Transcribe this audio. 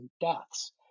deaths